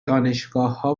دانشگاهها